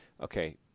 okay